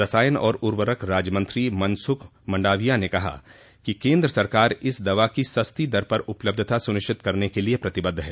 रसायन और उर्वरक राज्य मंत्री मनसुख मंडाविया ने कहा है कि केंद्र सरकार इस दवा की सस्ती दर पर उपलब्धता सुनिश्चित करने के लिए प्रतिबद्ध है